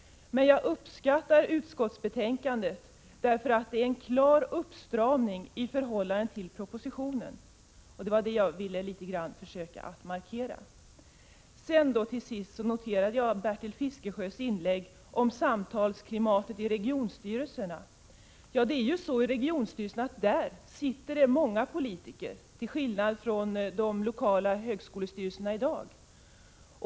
Men jag uppskattar utskottsbetänkandet, därför att det innebär en klar uppstramning i förhållande till propositionen. Det var det jag ville försöka markera. Till sist: Jag noterade Bertil Fiskesjös inlägg om samtalsklimatet i regionstyrelserna. I regionstyrelserna sitter det många politiker till skillnad från vad som är fallet i de lokala högskolestyrelserna.